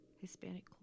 Hispanic